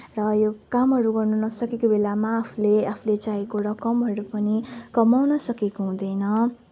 र यो कामहरू गर्नु नसकेको बेलामा आफूले आफूले चाहेको रकमहरू पनि कमाउन सकेको हुँदैन